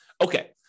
Okay